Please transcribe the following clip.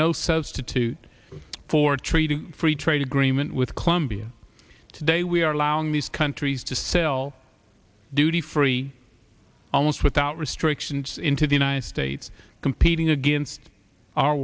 no substitute for a treaty free trade agreement with colombia today we are allowing these countries to sell duty free almost without restrictions into the united states competing against our